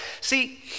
See